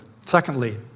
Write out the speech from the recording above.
Secondly